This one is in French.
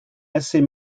assez